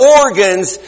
organs